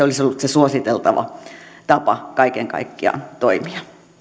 olisi ollut se suositeltava tapa kaiken kaikkiaan toimia